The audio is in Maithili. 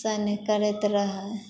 करैत रहऽ हइ